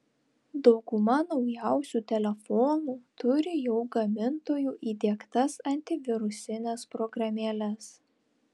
dauguma naujausių telefonų turi jau gamintojų įdiegtas antivirusines programėles